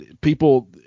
people –